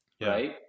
right